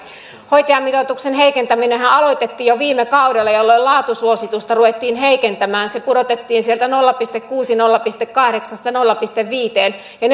hoitajamitoituksen heikentäminenhän aloitettiin jo viime kaudella jolloin laatusuositusta ruvettiin heikentämään se pudotettiin sieltä nolla pilkku kuusi nolla pilkku kahdeksasta nolla pilkku viiteen ja